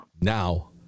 Now